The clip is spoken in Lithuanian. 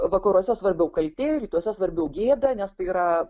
vakaruose svarbiau kaltė rytuose svarbiau gėda nes tai yra